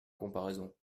comparaison